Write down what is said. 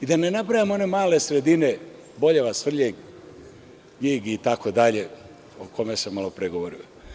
I da ne nabrajam one male sredine Boljevac, Svrljig, Ljig itd. o kome sam malopre govorio.